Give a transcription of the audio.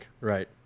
Right